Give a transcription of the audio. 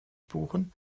buchen